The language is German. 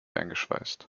eingeschweißt